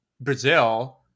brazil